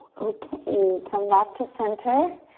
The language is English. okay, come back to center.